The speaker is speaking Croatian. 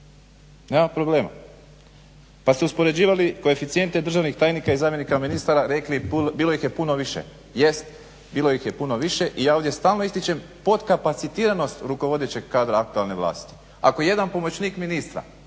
nema problema. Pa ste uspoređivali koeficijente državnih tajnika i zamjenika ministara rekli, bilo ih je puno više, jest bilo ih je puno više i ja ovdje stalno ističem podkapacitiranost rukovodećeg kadra aktualne vlasti. Ako jedan pomoćnik ministra